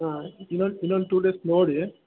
ಹಾಂ ಇನ್ನೊಂದು ಇನ್ನೊಂದು ಟು ಡೇಸ್ ನೋಡಿ